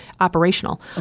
operational